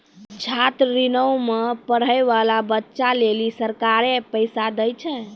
छात्र ऋणो मे पढ़ै बाला बच्चा लेली सरकारें पैसा दै छै